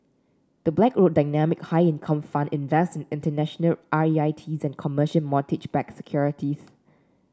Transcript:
the Blackrock Dynamic High Income Fund invest in international R E I Ts and commercial mortgage backed securities